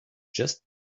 just